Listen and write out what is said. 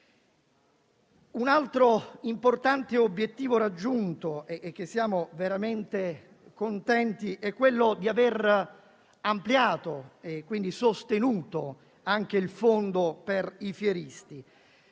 Un altro importante obiettivo raggiunto, del quale siamo veramente contenti, è quello di aver ampliato e quindi sostenuto anche il fondo per i fieristi.